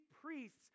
priests